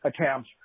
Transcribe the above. attempts